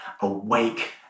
awake